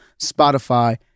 Spotify